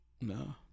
no